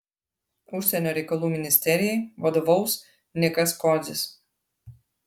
užsienio reikalų ministerijai vadovaus nikas kodzis